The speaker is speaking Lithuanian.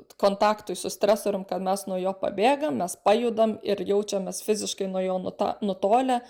kontaktui su stresorium kad mes nuo jo pabėgam mes pajudam ir jaučiamės fiziškai nuo jo nuta nutolę